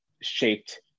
shaped